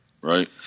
Right